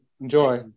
enjoy